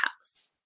house